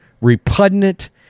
repugnant